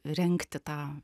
rengti tą